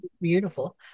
beautiful